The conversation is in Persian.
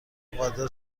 قادر